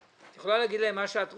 את יכולה להגיד להם מה שאת רוצה,